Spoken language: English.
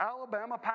Alabama